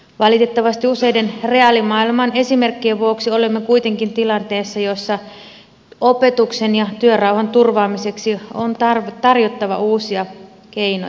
valitettavasti useiden reaalimaailman esimerkkien vuoksi olemme kuitenkin tilanteessa jossa opetuksen ja työrauhan turvaamiseksi on tarjottava uusia keinoja